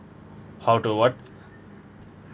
how to what